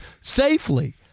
safely